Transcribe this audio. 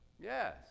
Yes